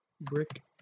brick